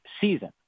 season